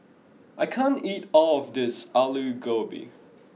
I can't eat all of this Alu Gobi